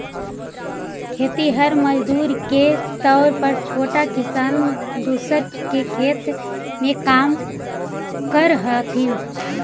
खेतिहर मजदूर के तौर पर छोटा किसान दूसर के खेत में काम करऽ हथिन